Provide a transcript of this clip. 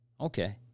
Okay